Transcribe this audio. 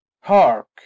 hark